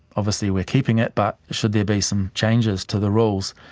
obviously we are keeping it, but should there be some changes to the rules?